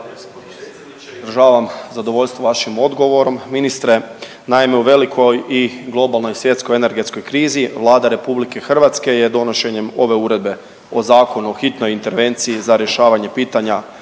izražavam zadovoljstvo vašim odgovorom ministre. Naime, u velikoj i globalnoj svjetskoj energetskoj krizi Vlada RH je donošenjem ove Uredbe o zakonu o hitnoj intervenciji za rješavanje pitanja